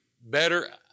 better